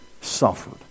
suffered